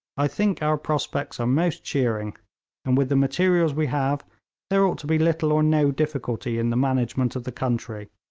i think our prospects are most cheering and with the materials we have there ought to be little or no difficulty in the management of the country.